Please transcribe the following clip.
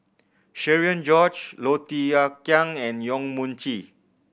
Cherian George Low Thia Khiang and Yong Mun Chee